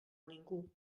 ningú